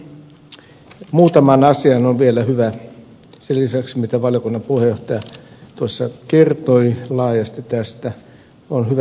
tässä muutama asia on vielä hyvä huomioida sen lisäksi mitä valiokunnan puheenjohtaja tästä laajasti kertoi